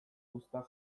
uztak